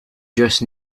just